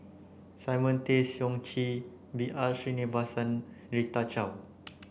Simon Tay Seong Chee B R Sreenivasan Rita Chao